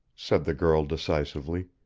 said the girl decisively.